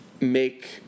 make